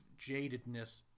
jadedness